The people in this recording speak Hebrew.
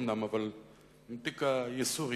אבל עם תיק הייסורים.